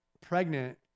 pregnant